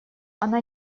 она